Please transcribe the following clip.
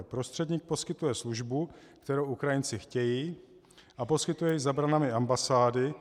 Prostředník poskytuje službu, kterou Ukrajinci chtějí, a poskytuje ji za branami ambasády.